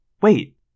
Wait